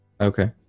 Okay